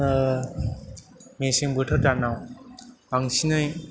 मेसें बोथोर दानाव बांसिनै